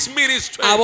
ministry